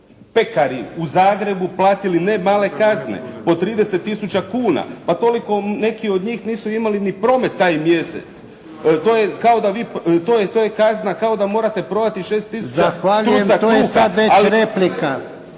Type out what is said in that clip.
pekari u Zagrebu platili ne male kazne, po 30 tisuća kuna, pa toliko neki od njih nisu imali ni promet taj mjesec. To je kazna kao da morate prodati 6000 štruca kruha.